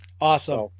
Awesome